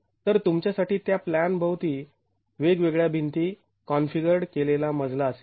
तर तुमच्यासाठी त्या प्लॅन भोवती वेगवेगळ्या भिंती कॉन्फिगर्ड् केलेला मजला असेल